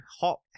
hot